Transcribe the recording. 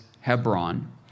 Hebron